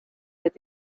that